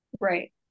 right